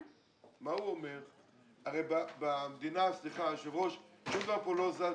היא אומרת שאם הוא לא חותם